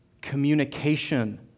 communication